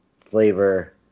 flavor